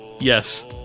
Yes